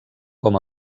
com